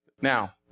Now